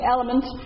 Element